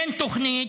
אין תוכנית,